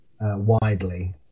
widely